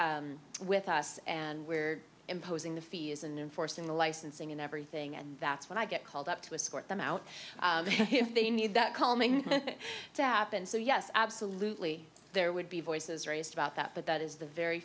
with us and we're imposing the fees and forcing the licensing and everything and that's when i get called up to a sort them out if they need that calming to happen so yes absolutely there would be voices raised about that but that is the very